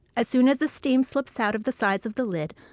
as soon as the steam slips out of the sides of the lid,